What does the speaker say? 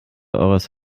eures